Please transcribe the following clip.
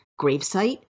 gravesite